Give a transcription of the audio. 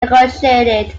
negotiated